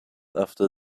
after